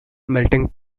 melting